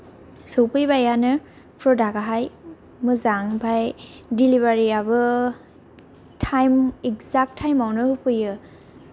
सफैबायानो प्रडाक्टआहाय मोजां ओमफाय देलिभारीआबो टाइम एक्साक्ट टाइमआवनो होफैयो